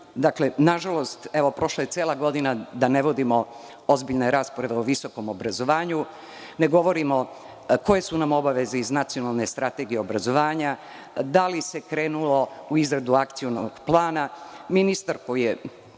zaključim. Nažalost, prošla je cela godina, a da ne vodimo ozbiljne rasprave o visokom obrazovanju, ne govorimo koje su nam obaveze iz Nacionalne strategije obrazovanja i da li se krenulo u izradu akcionog plana. Ministar koji je